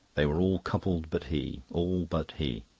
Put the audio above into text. they were all coupled but he all but he.